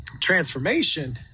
Transformation